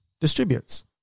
distributes